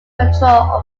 control